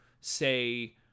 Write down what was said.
say